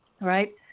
right